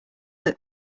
that